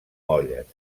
molles